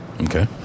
Okay